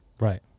Right